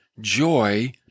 joy